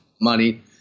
money